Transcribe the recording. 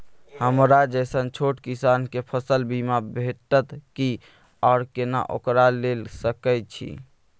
हमरा जैसन छोट किसान के फसल बीमा भेटत कि आर केना ओकरा लैय सकैय छि?